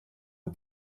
heu